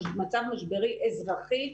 מצב משברי אזרחי,